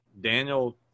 Daniel